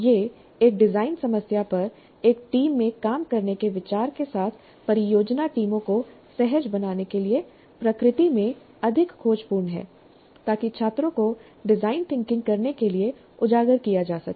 यह एक डिजाइन समस्या पर एक टीम में काम करने के विचार के साथ परियोजना टीमों को सहज बनाने के लिए प्रकृति में अधिक खोजपूर्ण है ताकि छात्रों को डिजाइन थिंकिंग करने के लिए उजागर किया जा सके